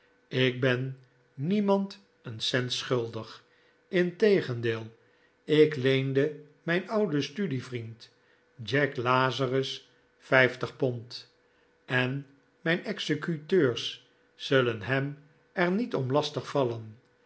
ik ben niemand een cent schuldig integendeel ik leende mijn ouden studievriend jack lazarus vijf tig pond en mijn executeurs zullen hem er niet om lastig vallen